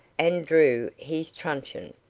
and drew his truncheon.